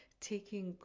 taking